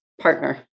partner